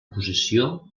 posició